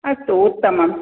अस्तु उत्तमम्